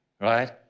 right